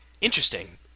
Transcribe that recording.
interesting